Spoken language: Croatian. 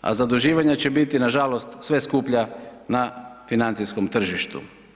a zaduživanja će biti nažalost sve skuplja na financijskom tržištu.